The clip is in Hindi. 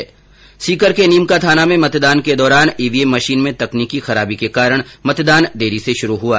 इस बीच सीकर के नीम का थाना में मतदान के दौरान ईवीएम मशीन में तकनीकी खराबी के कारण मतदान देरी से शुरू हुआ